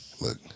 Look